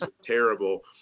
terrible